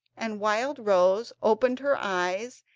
and wildrose opened her eyes,